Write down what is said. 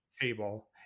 table